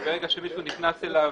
שברגע שמישהו נכנס אליו,